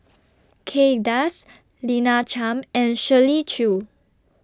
Kay Das Lina Chiam and Shirley Chew